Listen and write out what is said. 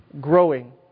growing